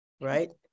right